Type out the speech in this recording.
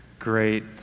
great